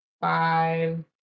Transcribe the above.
five